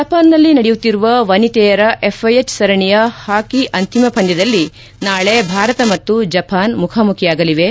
ಜಪಾನ್ನಲ್ಲಿ ನಡೆಯುತ್ತಿರುವ ವನಿತೆಯರ ಎಫ್ಐಎಚ್ ಸರಣಿಯ ಹಾಕಿ ಅಂತಿಮ ಪಂದ್ಲದಲ್ಲಿ ನಾಳೆ ಭಾರತ ಮತ್ತು ಜಪಾನ್ ಮುಖಾಮುಖಿಯಾಗಲಿವೆ